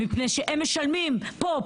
מפני שהם משלמים פה,